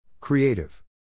Creative